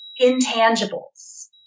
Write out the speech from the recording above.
intangibles